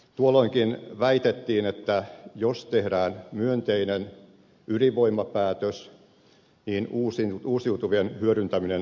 tuolloinkin väitettiin että jos tehdään myönteinen ydinvoimapäätös niin uusiutuvien hyödyntäminen loppuu kokonaan